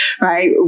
right